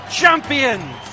champions